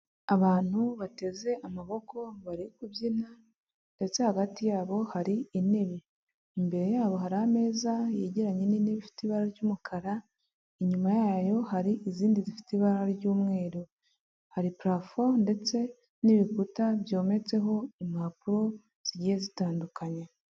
Abantu bateze amaboko bari kubyina ndetse hagati yabo hari intebe imbere yabo hari ameza yegeranye n'inte ifite ibara ry'umukara inyuma yayo hari izindi zifite ibara ry'umweru hari purafo ndetse n'ibikuta byometseho impapuro zigiye zitandukanye.